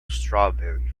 strawberry